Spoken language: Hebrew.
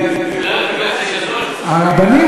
הרבנים